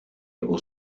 aux